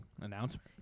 Announcement